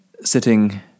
sitting